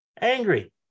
angry